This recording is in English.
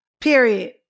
Period